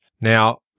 Now